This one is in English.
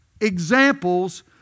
examples